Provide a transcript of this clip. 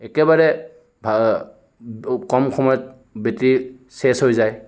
একেবাৰে কম সময়ত বেটাৰী শেষ হৈ যায়